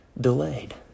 delayed